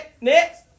Next